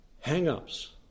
hang-ups